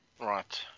Right